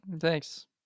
Thanks